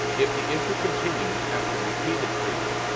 if the issue continues after repeated cleaning,